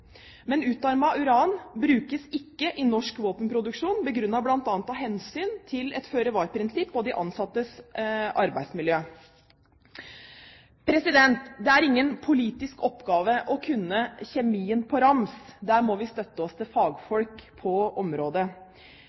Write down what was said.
Men utarmet uran brukes ikke i norsk våpenproduksjon, begrunnet bl.a. av hensyn til et føre-var-prinsipp og de ansattes arbeidsmiljø. Det er ingen politisk oppgave å kunne kjemien på rams. Der må vi støtte oss til fagfolk på området.